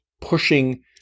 pushing